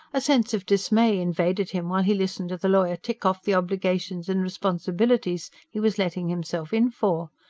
a sense of dismay invaded him while he listened to the lawyer tick off the obligations and responsibilities he was letting himself in for.